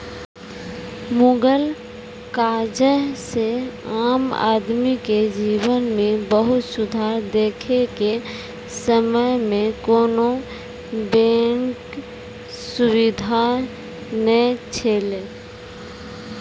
मुगल काजह से आम आदमी के जिवन मे बहुत सुधार देखे के समय मे कोनो बेंक सुबिधा नै छैले